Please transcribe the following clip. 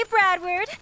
Bradward